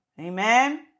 Amen